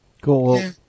Cool